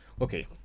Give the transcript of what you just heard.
Okay